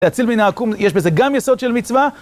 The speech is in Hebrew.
להציל מן העקום, יש בזה גם יסוד של מצווה.